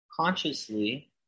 consciously